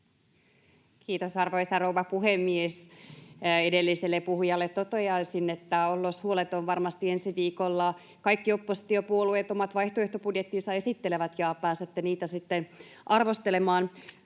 Kiitos, arvoisa rouva puhemies! Edelliselle puhujalle toteaisin, että ollos huoleton. Varmasti ensi viikolla kaikki oppositiopuolueet omat vaihtoehtobudjettinsa esittelevät, ja pääsette niitä sitten arvostelemaan.